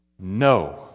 No